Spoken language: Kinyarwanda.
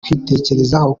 kwitekerezaho